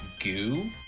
goo